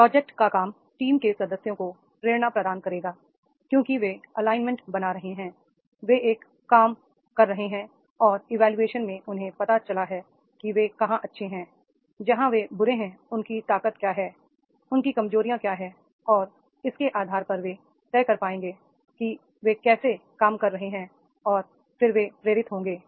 project का काम team के सदस्यों को प्रेरणा प्रदान करेगा क्योंकि वे एलाइनमेंट बना रहे हैं वे एक काम कर रहे हैं और इवोल्यूशन में उन्हें पता चला है कि वे कहाँ अच्छे हैं जहाँ वे बुरे हैं उनकी ताकत क्या है उनकी कमजोरियाँ क्या हैं और इसके आधार पर वे तय करेंगे कि वे कैसे काम कर रहे हैं और फिर वे प्रेरित होंगे